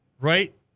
Right